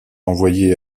envoyés